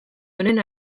honen